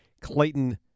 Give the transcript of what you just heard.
Clayton